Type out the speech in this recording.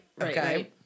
Okay